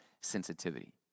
sensitivity